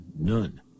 none